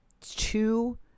two